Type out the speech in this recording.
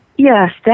Yes